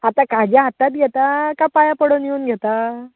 आतां खाजें आतांत घेता का पांयां पडून येवन घेता